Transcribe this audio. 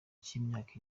cy’imyaka